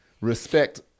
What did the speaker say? respect